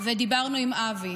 ודיברנו עם אבי.